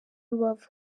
rubavu